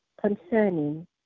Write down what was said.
concerning